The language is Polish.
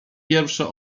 pierwsze